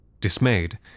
Dismayed